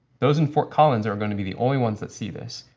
those in fort collins are going to be the only ones that see this,